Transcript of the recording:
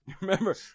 remember